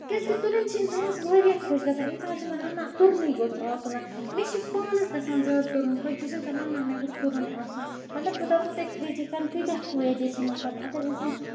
کیازِ کہِ تُرُن چھُ اِنسانَس واریاہ خۄش گژھان اِنسان چھُ وَنان نہ تُرنُے گوٚژھ آسُن نہ مےٚ چھُ پانَس گژھان زیادٕ تُرُن خۄش بہٕ چھَس دَپان نہ مےٚ گوٚھ تُرُن آسُن مطلب بہٕ دَپہو تۄہہِ فرجِکٮ۪ن کۭتیہ فٲیدٕ چھِ مطلب اَگر اِنسان